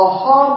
Aha